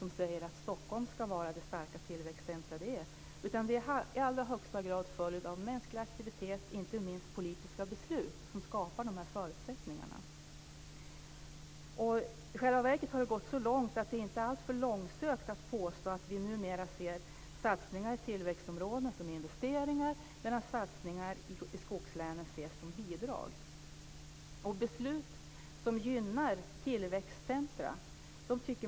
Minst hälften av dessa pengar går till samhälleliga åtgärder i storstadsområdena - ett exempel på att man t.o.m. i en s.k. vetenskaplig rapport kan bli vilseledd.